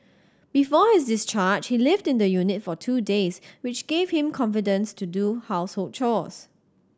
before his discharge he lived in the unit for two days which gave him confidence to do household chores